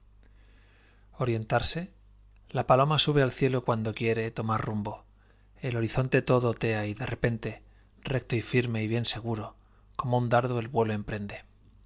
orientarse la paloma sube al cielo cuando quiere tomar rumbo el horizonte todo otea y de repente recto y firme y bien seguro como un dardo el vuelo emprende